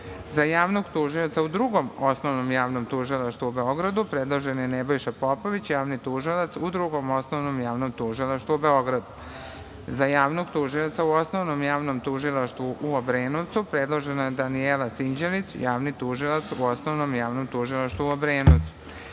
Za javnog tužioca u Drugom osnovnom javnom tužilaštvu u Beogradu predložen je Nebojša Popović, javni tužilac u Drugom osnovnom javnom tužilaštvu u Beogradu. Za javnog tužioca u Osnovnom javnom tužilaštvu u Obrenovcu, predložena je Danijela Sinđelić, javni tužilac u Osnovnom javnom tužilaštvu u Obrenovcu. Zatim,